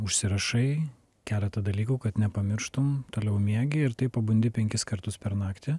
užsirašai keletą dalykų kad nepamirštum toliau miegi ir taip pabundi penkis kartus per naktį